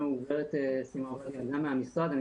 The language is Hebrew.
גברת סימה עובדיה מהמשרד.